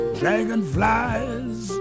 dragonflies